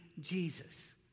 Jesus